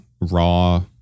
raw